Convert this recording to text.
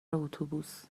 اتوبوس